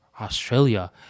Australia